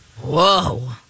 Whoa